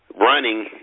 running